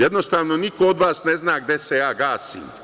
Jednostavno, niko od vas ne zna gde se ja gasim.